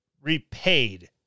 repaid